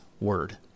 word